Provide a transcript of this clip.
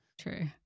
True